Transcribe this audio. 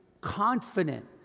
confident